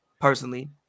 personally